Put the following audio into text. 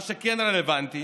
מה שכן רלוונטי